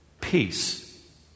peace